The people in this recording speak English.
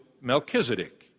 Melchizedek